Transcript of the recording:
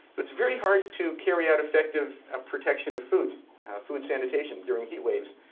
it's very hard to carry out effective protection of food food sanitation during heat waves,